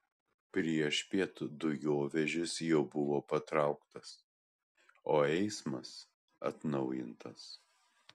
priešpiet dujovežis jau buvo patrauktas o eismas atnaujintas